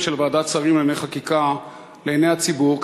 של ועדת שרים לענייני חקיקה לעיני הציבור,